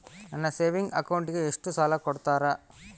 ನನ್ನ ಸೇವಿಂಗ್ ಅಕೌಂಟಿಗೆ ಎಷ್ಟು ಸಾಲ ಕೊಡ್ತಾರ?